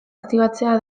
aktibatzea